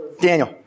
Daniel